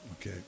Okay